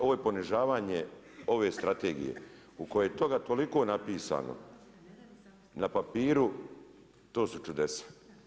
Ovo je ponižavanje ove strategije u kojoj toga toliko napisano na papiru, to su čudesa.